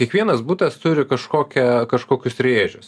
kiekvienas butas turi kažkokią kažkokius rėžius